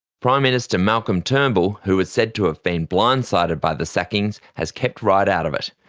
prime minister malcolm turnbull who was said to have been blindsided by the sackings has kept right out of it.